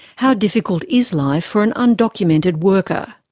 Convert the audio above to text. how difficult is life for an undocumented worker?